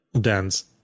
dance